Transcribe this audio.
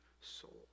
soul